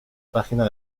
página